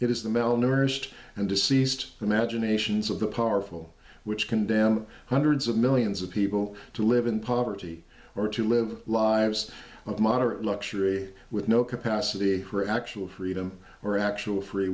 it is the malnourished and deceased imaginations of the powerful which condemn hundreds of millions of people to live in poverty or to live lives of moderate luxury with no capacity for actual freedom or actual free